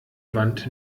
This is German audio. wand